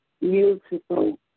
beautiful